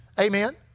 Amen